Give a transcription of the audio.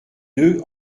deux